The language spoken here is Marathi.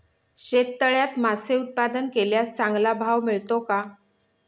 शेततळ्यात मासे उत्पादन केल्यास चांगला भाव मिळतो का?